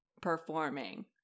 performing